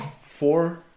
four